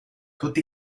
tutti